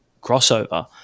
crossover